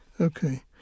Okay